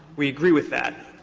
we agree with that.